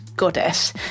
goddess